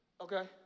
okay